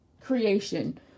creation